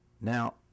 Now